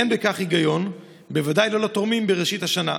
אין בכך היגיון, בוודאי לא לתורמים בראשית השנה,